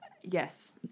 yes